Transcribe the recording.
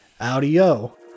audio